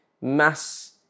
mass